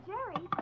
Jerry